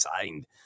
signed